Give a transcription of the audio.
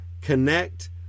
connect